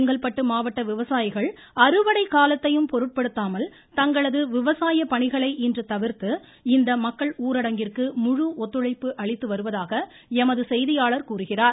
செங்கல்பட்டு மாவட்ட விவசாயிகள் அறுவடை காலத்தையும் பொருட்படுத்தாமல் தங்களது விவசாய பணிகளை இன்று தவிர்த்து இந்த மக்கள் ஊரடங்கிற்கு முழுஒத்துழைப்பு அளித்து வருவதாக எமது செய்தியாளர் கூறுகிறார்